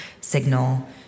signal